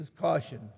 caution